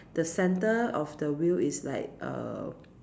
the center of the wheel is like err